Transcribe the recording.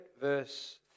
verse